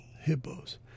hippos